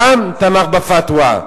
גם תמך ב"פתווה",